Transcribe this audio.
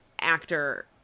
actor